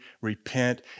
repent